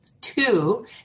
Two